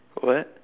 what